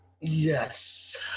Yes